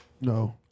No